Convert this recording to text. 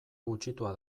gutxitua